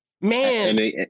man